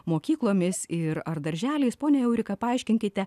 mokyklomis ir ar darželiais ponia eurika paaiškinkite